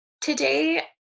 today